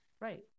Right